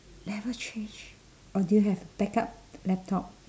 never change or do you have backup laptop